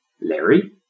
Larry